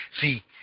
see